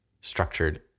structured